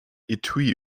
etui